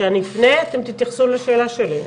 כשאני אפנה אתם תתייחסו לשאלה שלי,